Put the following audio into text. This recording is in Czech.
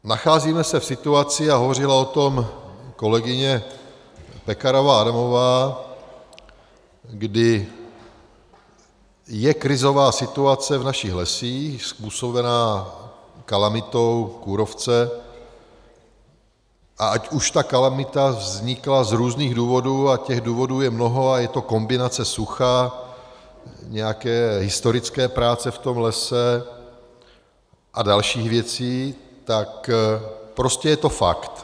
Nacházíme se v situaci, a hovořila o tom kolegyně Pekarová Adamová, kdy je krizová situace v našich lesích způsobená kalamitou kůrovce, a ať už ta kalamita vznikla z různých důvodů, a těch důvodů je mnoho, a je to kombinace sucha, nějaké historické práce v tom lese a dalších věcí, tak prostě je to fakt.